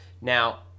Now